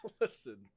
listen